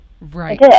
Right